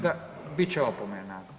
Da, bit će opomena.